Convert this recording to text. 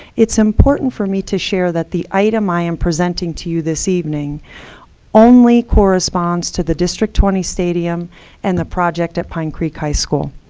it's important for me to share that the item i am presenting to you this evening only corresponds to the district twenty stadium and the project at pine creek high school.